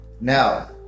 now